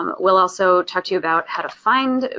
um we'll also talk to you about how to find,